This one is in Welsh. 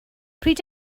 pryd